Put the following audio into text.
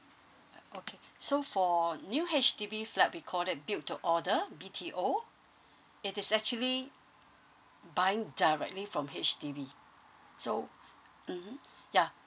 okay so for new H_D_B flat we call that build to order B_T_O it is actually buying directly from H_D_B so mmhmm ya